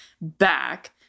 back